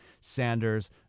Sanders